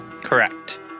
Correct